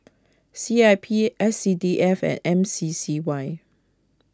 C I P S C D F and M C C Y